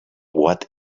what